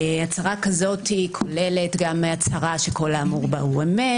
הצהרה כזאת כוללת גם הצהרה שכל האמור בה הוא אמת,